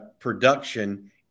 production